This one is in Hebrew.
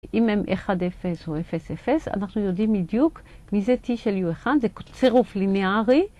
אם הם 1,0 או 0,0, אנחנו יודעים בדיוק מי זה T של U1, זה צירוף לינארי.